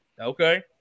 Okay